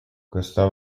questa